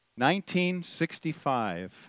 1965